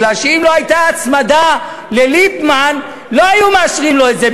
כי אם לא הייתה הצמדה לליפמן לא היו מאשרים לו את זה,